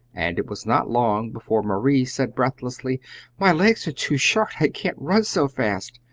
and it was not long before marie said, breathlessly my legs are too short! i can't run so fast!